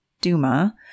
Duma